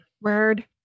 Word